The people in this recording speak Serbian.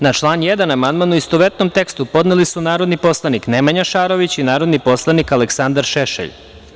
Na član 1. amandman, u istovetnom tekstu, podneli su narodni poslanik Nemanja Šarović i narodni poslanik Aleksandar Šešelj.